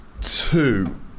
two